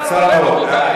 רבותי,